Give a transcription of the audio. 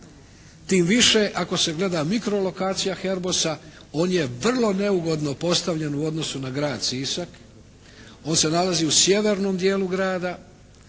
Tim više ako se gleda mikro lokacija "Herbosa" on je vrlo neugodno postavljen u odnosu na grad Sisak. On se nalazi u sjevernom dijelu grada